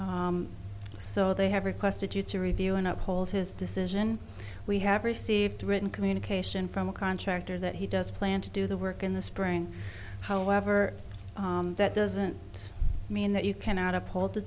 so they have requested you to review and outpolled his decision we have received a written communication from a contractor that he does plan to do the work in the spring however that doesn't mean that you cannot uphold the